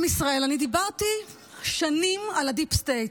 עם ישראל, אני דיברתי שנים על הדיפ-סטייט.